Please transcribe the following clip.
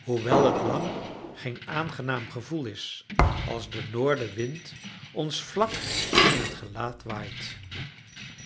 hoewel het lang geen aangenaam gevoel is als de noordenwind ons vlak in het gelaat waait